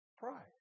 Pride